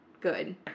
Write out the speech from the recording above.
good